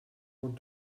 want